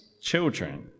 children